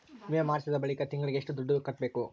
ವಿಮೆ ಮಾಡಿಸಿದ ಬಳಿಕ ತಿಂಗಳಿಗೆ ಎಷ್ಟು ದುಡ್ಡು ಕಟ್ಟಬೇಕು?